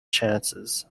chances